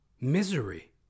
misery